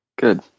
Good